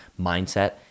mindset